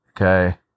Okay